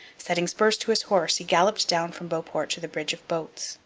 setting spurs to his horse, he galloped down from beauport to the bridge of boats,